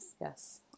Yes